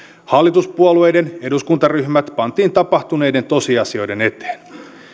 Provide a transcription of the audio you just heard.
hallituspuolueiden eduskuntaryhmät pantiin tapahtuneiden tosiasioiden eteen